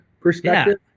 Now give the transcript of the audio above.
perspective